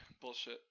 bullshit